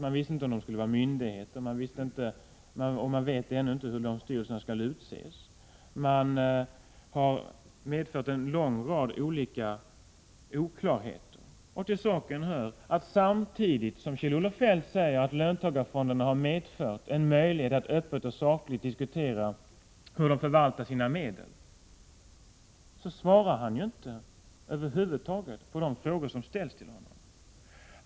Man visste inte om de skulle vara myndigheter, och man vet ännu inte hur styrelserna skall utses. Det har medfört en lång rad olika oklarheter. Till saken hör att samtidigt som Kjell-Olof Feldt säger att löntagarfonderna har medfört en möjlighet att öppet och sakligt diskutera hur de förvaltar sina medel, så svarar han över huvud taget inte på de frågor som ställs till honom.